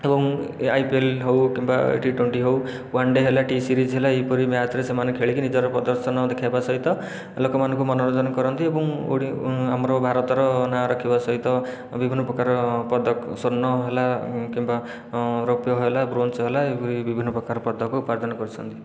ଏବଂ ଏ ଆଇପିଏଲ ହେଉ କିମ୍ବା ଟି ଟୋଣ୍ଟି ହେଉ ୱାନ୍ ଡ଼େ ହେଲା ଟି ସିରିଜ ହେଲା ଏହିପରି ମ୍ୟାଚରେ ସେମାନେ ଖେଳିକି ନିଜର ପ୍ରଦର୍ଶନ ଦେଖେଇବା ସହିତ ଲୋକମାନଙ୍କୁ ମନୋରଞ୍ଜନ କରନ୍ତି ଏବଂ ଓଡ଼ ଆମର ଭାରତର ନାଁ ରଖିବା ସହିତ ବିଭିନ୍ନ ପ୍ରକାର ପଦକ ସ୍ୱର୍ଣ୍ଣ ହେଲା କିମ୍ବା ରୋପ୍ୟ ହେଲା ବ୍ରୋଞ୍ଜ ହେଲା ଏହିପରି ବିଭିନ୍ନ ପ୍ରକାର ପଦକ ଉପାର୍ଜନ କରିଛନ୍ତି